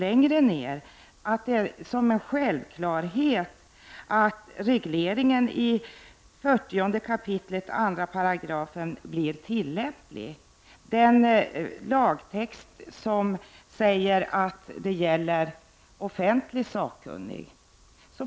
Längre ner på sidan står det som en självklarhet att regleringen i 40 kap. 2§ blir tillämplig, den lagtext i vilken det sägs att det gäller offentlig sakkunnig.